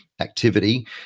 activity